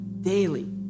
daily